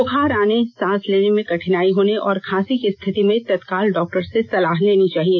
बुखार आने सांस लेने में कठिनाई होने और खांसी की स्थिति में तत्काल डॉक्टर से सलाह लेनी चाहिए